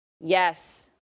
Yes